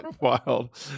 wild